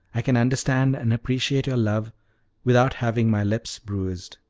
i can understand and appreciate your love without having my lips bruised.